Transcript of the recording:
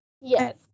Yes